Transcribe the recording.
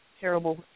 terrible